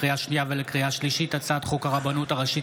לקריאה שנייה ולקריאה שלישית: הצעת חוק הרבנות הראשית